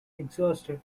exhausted